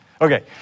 Okay